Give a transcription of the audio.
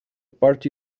party